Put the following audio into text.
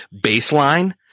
baseline